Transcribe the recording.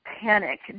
panic